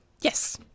Yes